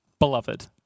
Beloved